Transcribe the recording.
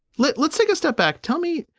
let's let's take a step back. tell me,